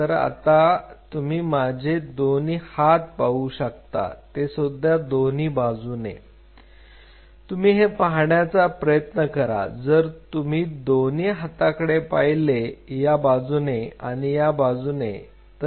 तर आता तुम्ही माझे दोन्ही हात पाहू शकता तेसुद्धा दोन्ही बाजूने तुम्ही हे पाहण्याचा प्रयत्न करा जर तुम्ही दोन्ही हाताकडे पाहिले या बाजूने आणि या बाजूने